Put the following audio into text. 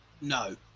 no